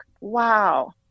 wow